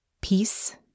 Peace